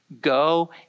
Go